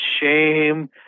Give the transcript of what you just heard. shame